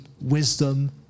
wisdom